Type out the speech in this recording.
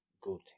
good